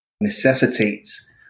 necessitates